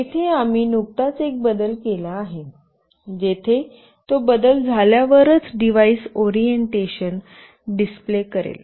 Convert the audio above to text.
येथे आम्ही नुकताच एक बदल केला आहे जेथे तो बदल झाल्यावरच डिव्हाइस ओरिएंटेशन डिस्प्ले करेल